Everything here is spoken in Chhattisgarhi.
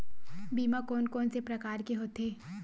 बीमा कोन कोन से प्रकार के होथे?